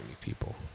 people